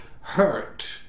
hurt